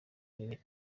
mbere